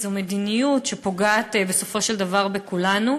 זו מדיניות שפוגעת בסופו של דבר בכולנו.